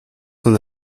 von